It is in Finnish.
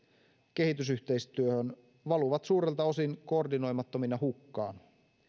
kehitysyhteistyöhön valuvat suurelta osin koordinoimattomina hukkaan